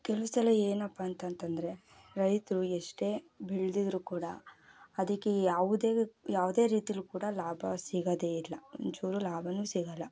ಕೆಲವು ಸಲ ಏನಪ್ಪಾ ಅಂತಂತ ಅಂದರೆ ರೈತರು ಎಷ್ಟೇ ಬೆಳೆದಿದ್ರೂ ಕೂಡ ಅದಕ್ಕೆ ಯಾವುದೇ ಯಾವುದೇ ರೀತಿಯಲ್ ಕೂಡ ಲಾಭ ಸಿಗೋದೇ ಇಲ್ಲ ಒಂಚೂರು ಲಾಭವೂ ಸಿಗೋಲ್ಲ